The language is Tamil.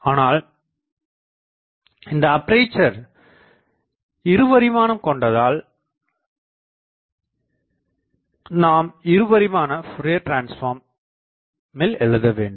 ஆனால் இந்த அப்பேசர் இருபரிமாணம் கொண்டதால் நாம் இருபரிமாண ஃபோரியர் டிரான்ஸ்பார்மில் எழுதவேண்டும்